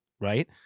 right